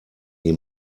die